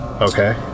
Okay